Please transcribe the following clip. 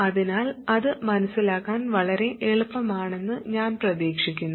അതിനാൽ അത് മനസിലാക്കാൻ വളരെ എളുപ്പമാണെന്ന് ഞാൻ പ്രതീക്ഷിക്കുന്നു